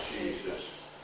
Jesus